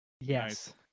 Yes